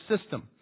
system